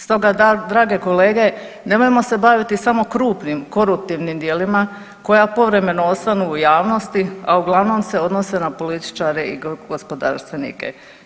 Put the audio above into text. Stoga drage kolege nemojmo se baviti samo krupnim koruptivnim djelima koja povremeno osvanu u javnosti, a uglavnom se odnose na političare i gospodarstvenike.